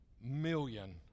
million